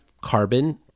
carbon